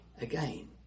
again